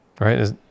right